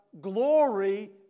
glory